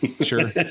sure